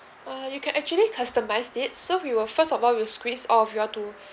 uh you can actually customised it so we will first of all we'll squeeze of you all to